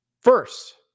First